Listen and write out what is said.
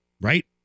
Right